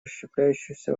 расщепляющегося